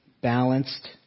Balanced